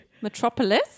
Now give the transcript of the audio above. Metropolis